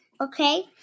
Okay